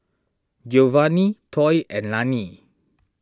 Geovanni Toy and Lannie